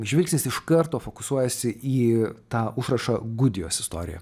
žvilgsnis iš karto fokusuojasi į tą užrašą gudijos istorija